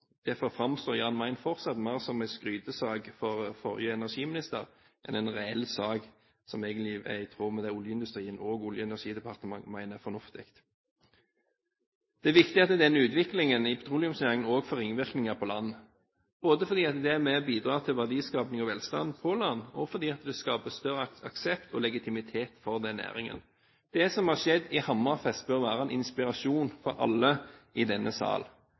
Derfor framstår Jan Mayen fortsatt mer som en skrytesak for olje- og energiministeren enn en reell sak som egentlig er i tråd med det oljeindustrien og Olje- og energidepartementet mener er fornuftig. Det er viktig at denne utviklingen i petroleumsnæringen også får ringvirkninger på land, både fordi det er med og bidrar til verdiskaping og velstand på land, og fordi det skaper større aksept og legitimitet for den næringen. Det som har skjedd i Hammerfest, bør være en inspirasjon for alle i denne sal.